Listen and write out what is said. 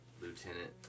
lieutenant